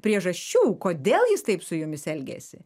priežasčių kodėl jis taip su jumis elgėsi